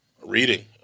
reading